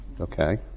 okay